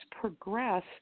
progress